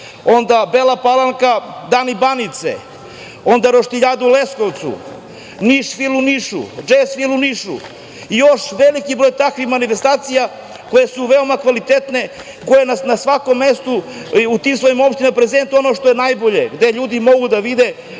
onda Bela Palanka „Dani banice“, onda „Roštiljijada“ u Leskovcu, „Nišvil“ u Nišu i još veliki broj takvih manifestacija koje su veoma kvalitetne, koje na svakom mestu u tim svojim opštinama prezentuju ono što je najbolje, gde ljudi mogu da vide